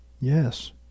Yes